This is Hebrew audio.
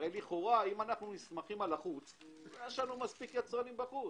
אם אנחנו נסמכים על החוק אז יש מספיק יצרנים בחוץ.